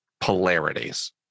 polarities